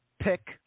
pick